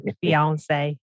fiance